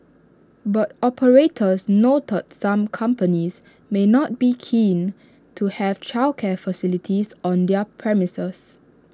but operators noted some companies may not be keen to have childcare facilities on their premises